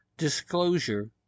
disclosure